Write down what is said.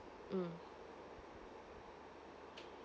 mm